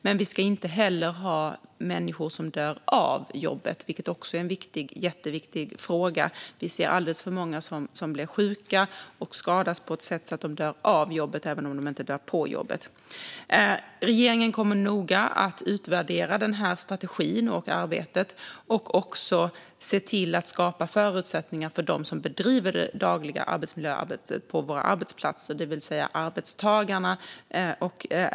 Men vi ska inte heller ha människor som dör av jobbet, vilket också är en jätteviktig fråga. Vi ser alldeles för många som blir sjuka och skadas på ett sådant sätt att de dör av jobbet även om de inte dör på jobbet. Regeringen kommer att noga utvärdera strategin och arbetet utifrån den och också se till att skapa förutsättningar för dem som bedriver det dagliga arbetsmiljöarbetet på våra arbetsplatser, det vill säga arbetstagarna.